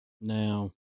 Now